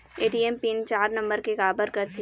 ATM PIN चार number के काबर करथे?